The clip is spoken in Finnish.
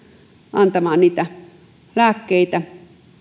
antamaan niitä lääkkeitä